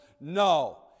No